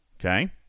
okay